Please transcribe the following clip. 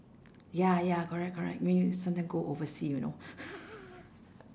ya ya correct correct make you sometime go oversea you know